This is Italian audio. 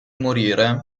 morire